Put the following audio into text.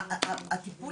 הטיפול